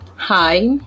hi